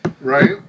Right